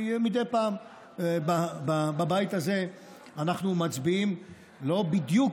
כי מדי פעם בבית הזה אנחנו מצביעים לא בדיוק